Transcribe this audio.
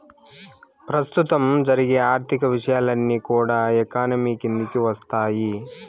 ప్రస్తుతం జరిగే ఆర్థిక విషయాలన్నీ కూడా ఎకానమీ కిందికి వత్తాయి